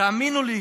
תאמינו לי,